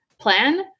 plan